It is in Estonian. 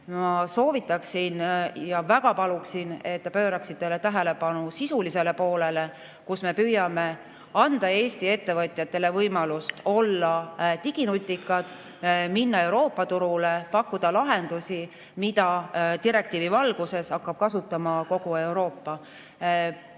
ma soovitan ja väga palun, et te pööraksite tähelepanu sisulisele poolele. Me püüame anda Eesti ettevõtjatele võimaluse olla diginutikad, minna Euroopa turule, pakkuda lahendusi, mida direktiivi valguses hakkab kasutama kogu Euroopa.